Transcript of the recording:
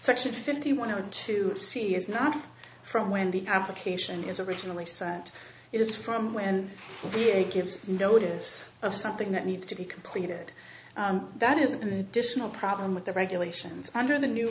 section fifty one i want to see is not from when the application is originally sent it is from when the it gives notice of something that needs to be completed that is an additional problem with the regulations under the new